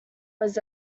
his